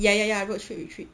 ya ya ya road trip road trip